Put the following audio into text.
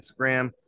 Instagram